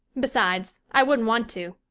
besides i wouldn't want to.